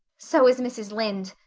so is mrs. lynde,